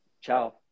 Ciao